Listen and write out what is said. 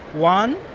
one,